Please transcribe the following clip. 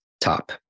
Top